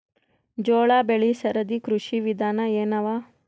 ಜೋಳ ಬೆಳಿ ಸರದಿ ಕೃಷಿ ವಿಧಾನ ಎನವ?